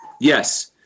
Yes